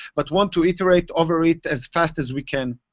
but want to iterate over it as fast as we can.